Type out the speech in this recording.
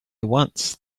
once